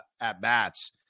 at-bats